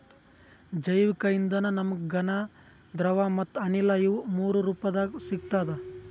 ಜೈವಿಕ್ ಇಂಧನ ನಮ್ಗ್ ಘನ ದ್ರವ ಮತ್ತ್ ಅನಿಲ ಇವ್ ಮೂರೂ ರೂಪದಾಗ್ ಸಿಗ್ತದ್